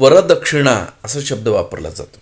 वरदक्षिणा असा शब्द वापरला जातो